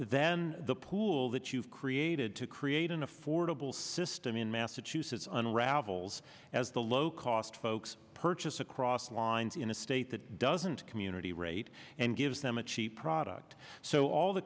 then the pool that you've created to create an affordable system in massachusetts unravels as the low cost folks purchase across lines in a state that doesn't community rate and gives them a cheap product so all the